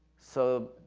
so,